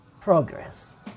Progress